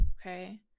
okay